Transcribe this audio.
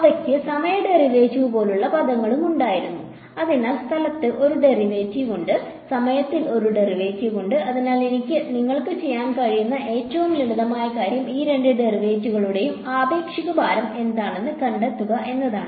അവയ്ക്ക് സമയ ഡെറിവേറ്റീവ് പോലുള്ള പദങ്ങളും ഉണ്ടായിരുന്നു അതിനാൽ സ്ഥലത്ത് ഒരു ഡെറിവേറ്റീവ് ഉണ്ട് സമയത്തിൽ ഒരു ഡെറിവേറ്റീവ് ഉണ്ട് അതിനാൽ നിങ്ങൾക്ക് ചെയ്യാൻ കഴിയുന്ന ഏറ്റവും ലളിതമായ കാര്യം ഈ രണ്ട് ഡെറിവേറ്റീവുകളുടെ ആപേക്ഷിക ഭാരം എന്താണെന്ന് കണ്ടെത്തുക എന്നതാണ്